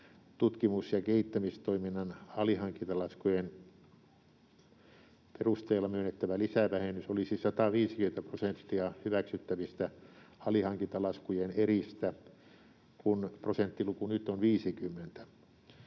tutkimus- ja kehittämistoiminnan alihankintalaskujen perusteella myönnettävä lisävähennys olisi 150 prosenttia hyväksyttävistä alihankintalaskujen eristä, kun prosenttiluku nyt on 50.